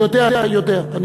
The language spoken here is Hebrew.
אני יודע, יודע.